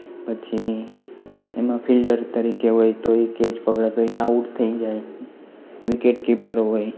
પછી એમાં ફિલ્ડર તરીકે હોય તો એ કેચ પકડે તો એ આઉટ થઈ જાય વિકેટ કીપર હોય